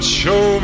show